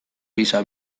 gisa